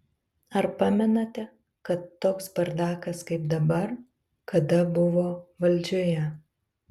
ar pamenate kad toks bardakas kaip dabar kada buvo valdžioje